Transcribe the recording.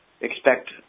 expect